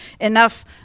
enough